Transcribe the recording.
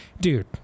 Dude